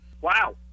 Wow